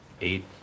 eight